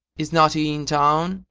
is not he in town?